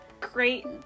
great